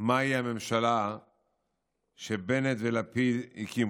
מהי הממשלה שבנט ולפיד הקימו.